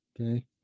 Okay